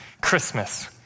Christmas